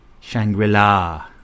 Shangri-La